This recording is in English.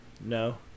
No